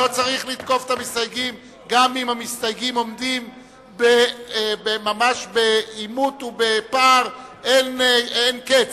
גם אם הם עומדים בעימות ובפער אין קץ,